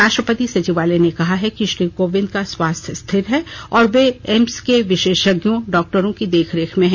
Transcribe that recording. राष्ट्रपति सचिवालय ने कहा है कि श्री कोविंद का स्वास्थ्य स्थिर है और वे एम्स के विशेषज्ञ डाक्टरों की देखरेख में हैं